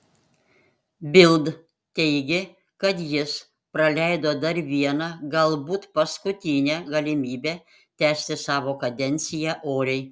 bild teigė kad jis praleido dar vieną galbūt paskutinę galimybę tęsti savo kadenciją oriai